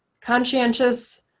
conscientious